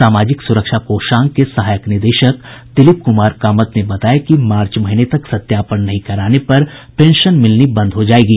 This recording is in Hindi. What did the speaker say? सामाजिक सुरक्षा कोषांग के सहायक निदेशक दिलीप कुमार कामत ने बताया कि मार्च महीने तक सत्यापन नहीं कराने पर पेंशन मिलनी बंद हो जायेगी